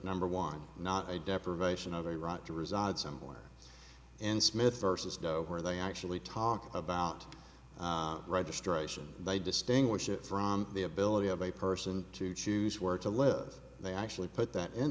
number one not a deprivation of a right to reside somewhere and smith versus doe where they actually talk about registration they distinguish it from the ability of a person to choose where to live they actually put that in